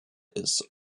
ist